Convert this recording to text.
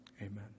Amen